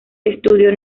estudio